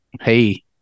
Hey